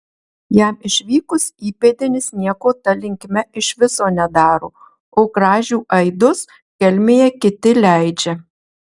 jam išvykus įpėdinis nieko ta linkme iš viso nedaro o kražių aidus kelmėje kiti leidžia